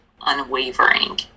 unwavering